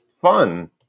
fun